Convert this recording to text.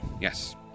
Yes